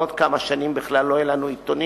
בעוד כמה שנים בכלל לא יהיו לנו עיתונים,